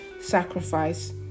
sacrifice